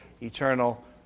eternal